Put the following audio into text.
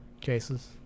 cases